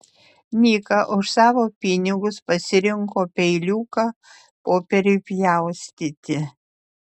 nika už savo pinigus pasirinko peiliuką popieriui pjaustyti